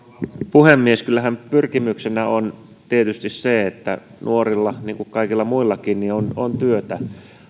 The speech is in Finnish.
puhemies kyllähän pyrkimyksenä on tietysti se että nuorilla niin kuin kaikilla muillakin on on työtä